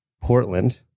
Portland